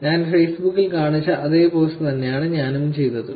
ഞാൻ ഫേസ്ബുക്കിൽ കാണിച്ച അതേ പോസ്റ്റ് തന്നെയാണ് ഞാനും ചെയ്തത്